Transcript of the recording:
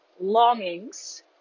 longings